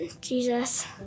Jesus